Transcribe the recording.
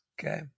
okay